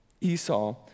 Esau